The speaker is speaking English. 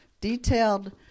detailed